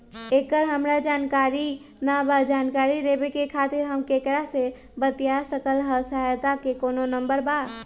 एकर हमरा जानकारी न बा जानकारी लेवे के खातिर हम केकरा से बातिया सकली ह सहायता के कोनो नंबर बा?